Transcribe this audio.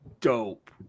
dope